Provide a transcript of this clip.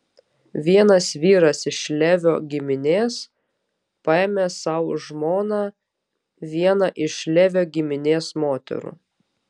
vienas vyras iš levio giminės paėmė sau žmona vieną iš levio giminės moterų